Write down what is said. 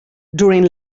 during